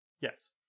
Yes